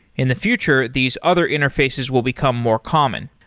in the future, these other interfaces will become more common.